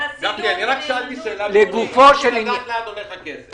רק שאלתי שאלה, לאן הולך הכסף.